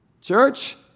church